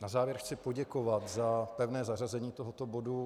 Na závěr chci poděkovat za pevné zařazení tohoto bodu.